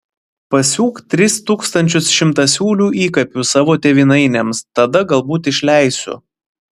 pasiūk tris tūkstančius šimtasiūlių įkapių savo tėvynainiams tada galbūt išleisiu